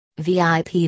VIP